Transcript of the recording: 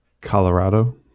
Colorado